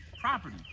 property